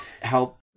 help